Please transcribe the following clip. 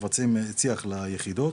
מבצעים צי"ח ליחידות,